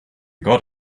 got